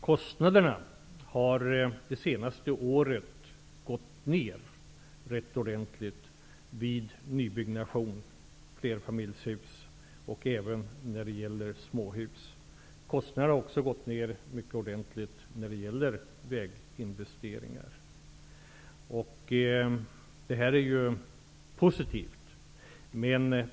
Kostnaderna har under det senaste året gått ner rätt ordentligt vid nybyggnation, för flerfamiljshus och även småhus. Kostnaderna har också gått ner mycket ordentligt för väginvesteringarna. Det är positivt.